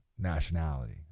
nationality